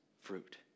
fruit